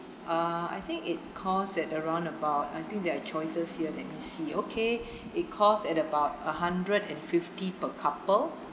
uh I think it cost at around about I think there are choices here let me see okay it cost at about a hundred and fifty per couple